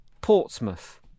Portsmouth